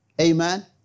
Amen